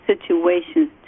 situations